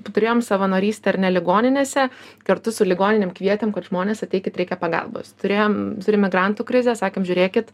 turėjom savanorystę ar ne ligoninėse kartu su ligoninėm kvietėm kad žmonės ateikit reikia pagalbos turėjom migrantų krizę sakėm žiūrėkit